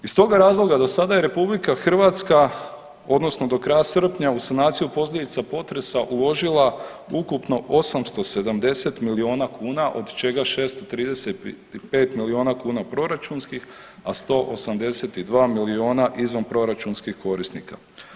Iz toga razloga do sada je RH odnosno do kraja srpnja u sanaciju posljedica potresa uložila ukupno 870 miliona kuna od čega 635 miliona kuna proračunskih, a 182 miliona izvanproračunskih korisnika.